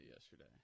yesterday